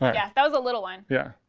yeah that was a little one. yeah